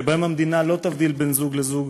שבהם המדינה לא תבדיל בין זוג לזוג,